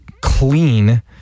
clean